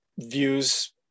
views